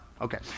Okay